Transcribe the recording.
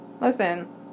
listen